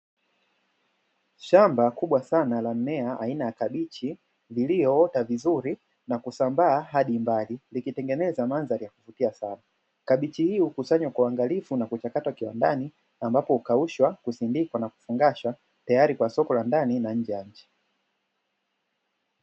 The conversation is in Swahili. Shamba kubwa sana la mimea aina ya kabichi iliyoota vizuri na kusambaa hadi mbali, likitenge eza mandhari ya kuvutia sana, kabichi hii hukusanywa kwa uangalifu na kuchakatwa kiwandani ambapo hukaushwa, kusindikwa na kufungashwa tayari kwa ajili ya soko la ndani na nje.